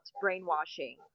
brainwashing